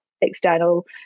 external